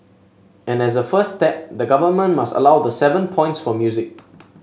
and as a first step the government must allowed the seven points for music